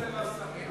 למה זה לא לסמים,